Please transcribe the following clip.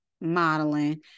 modeling